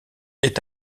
est